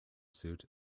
suit